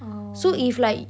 orh